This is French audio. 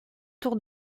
tours